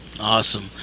Awesome